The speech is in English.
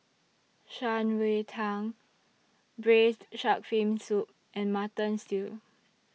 Shan Rui Tang Braised Shark Fin Soup and Mutton Stew